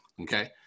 Okay